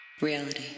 Reality